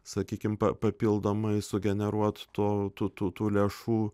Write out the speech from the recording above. sakykim pa papildomai sugeneruoti to tų tų lėšų